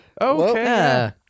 Okay